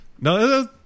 No